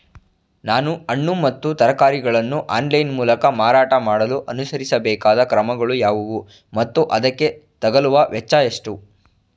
ನಾನು ಹಣ್ಣು ಮತ್ತು ತರಕಾರಿಗಳನ್ನು ಆನ್ಲೈನ ಮೂಲಕ ಮಾರಾಟ ಮಾಡಲು ಅನುಸರಿಸಬೇಕಾದ ಕ್ರಮಗಳು ಯಾವುವು ಮತ್ತು ಅದಕ್ಕೆ ತಗಲುವ ವೆಚ್ಚ ಎಷ್ಟು?